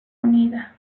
unida